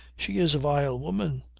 she is a vile woman.